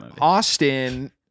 Austin